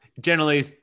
generally-